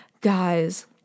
guys